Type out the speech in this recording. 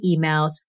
emails